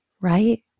Right